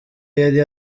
yari